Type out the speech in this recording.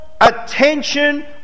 attention